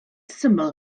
syml